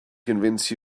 convince